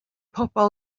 pobol